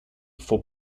for